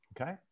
Okay